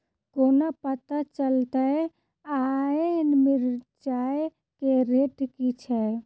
कोना पत्ता चलतै आय मिर्चाय केँ रेट की छै?